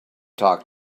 talk